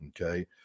Okay